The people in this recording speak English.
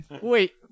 wait